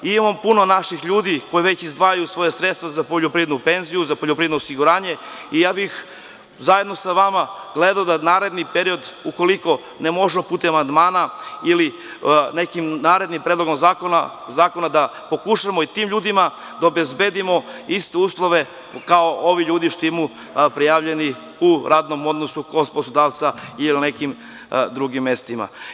Imamo puno naših ljudi koji već izdvajaju svoja sredstva za poljoprivrednu penziju, za poljoprivredno osiguranje i ja bih zajedno sa vama gledao da naredni period, ukoliko ne može putem amandmana ili nekim narednim predlogom zakona, da pokušamo i tim ljudima da obezbedimo iste uslove kao ovi ljudi što imaju prijavljeni u radnom odnosu kod poslodavca ili na nekim drugim mestima.